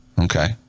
Okay